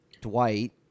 dwight